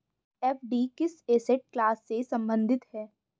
FD किस asset class से संबंधित है?